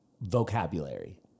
vocabulary